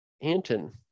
Anton